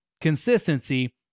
consistency